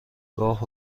گاه